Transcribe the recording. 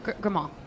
grandma